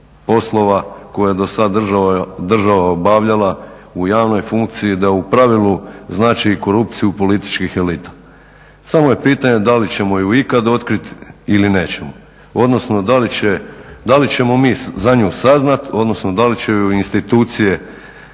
poslova koje do sada država obavljala u javnoj funkciji da u pravilu znači i korupciju političkih elita. Samo je pitanje da li ćemo ju ikada otkriti ili nećemo odnosno da li ćemo mi za nju saznati odnosno da li će ju institucije